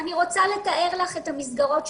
אני רוצה לתאר לך את המסגרות שנפתחו,